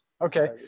Okay